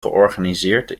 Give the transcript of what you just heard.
georganiseerd